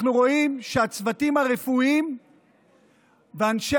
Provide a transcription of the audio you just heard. אנחנו רואים שהצוותים הרפואיים ואנשי